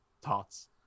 thoughts